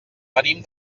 venim